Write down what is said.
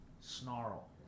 Snarl